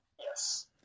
Yes